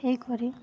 ହେଇକରି